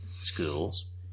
schools